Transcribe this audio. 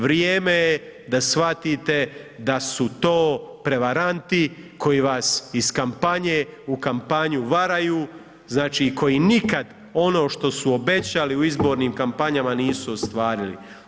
Vrijeme je da shvatite da su to prevaranti koji vas iz kampanje u kampanju varaju, znači koji nikad ono što su obećali u izbornim kampanjama nisu ostvarili.